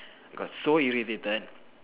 I got so irritated